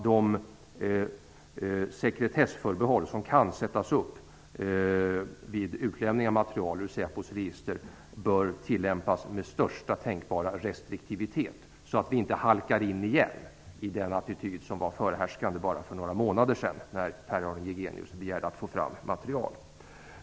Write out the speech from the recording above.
De sekretessförbehåll som kan sättas upp vid utlämning av material ur Säpos register bör tillämpas med största tänkbara restriktivitet, så att vi inte igen halkar in i den attityd som var förhärskande för bara några månader sedan när Pär-Arne Jigenius begärde att få fram material.